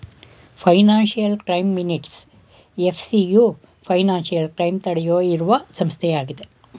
financial crime minutes FCU financial crime ತಡೆಯುವ ಇರುವ ಸಂಸ್ಥೆಯಾಗಿದೆ